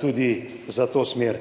tudi za to smer.